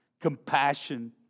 Compassion